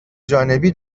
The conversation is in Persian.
جانبی